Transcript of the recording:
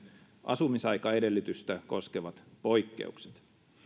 asumisaikaedellytystä koskevat poikkeukset